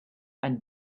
and